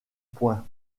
point